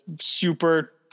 super